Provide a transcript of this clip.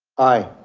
aye.